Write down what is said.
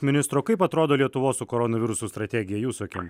ministro o kaip atrodo lietuvos su koronavirusu strategija jūsų akim